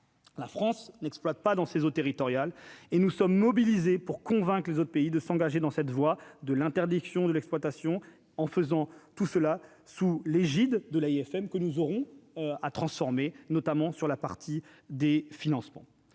la France n'exploite pas dans ses eaux territoriales et nous sommes mobilisés pour convaincre les autres pays de s'engager dans cette voie de l'interdiction de l'exploitation en faisant tout cela sous l'égide de l'AFM, que nous aurons à transformer notamment sur la partie des financements,